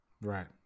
Right